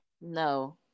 No